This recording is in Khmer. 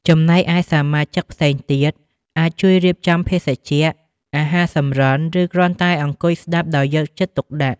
ចំណែកឯសមាជិកផ្សេងទៀតអាចជួយរៀបចំភេសជ្ជៈ អាហារសម្រន់ ឬគ្រាន់តែអង្គុយស្ដាប់ដោយយកចិត្តទុកដាក់។